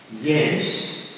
yes